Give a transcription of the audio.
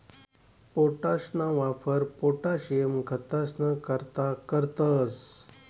पोटाशना वापर पोटाशियम खतंस करता करतंस